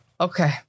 Okay